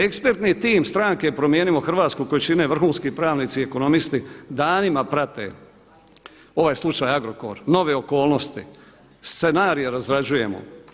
Ekspertni tim stranke Promijenimo Hrvatsku koju čine vrhunski pravnici i ekonomisti danima prate ovaj slučaj Agrokor, nove okolnosti, scenarije razrađujemo.